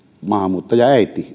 maahanmuuttajaäiti